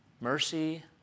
Mercy